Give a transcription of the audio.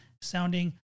sounding